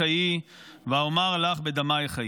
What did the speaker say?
בדמיִך חֲיִי, ואֹמר לָך בדמיִך חֲיִי".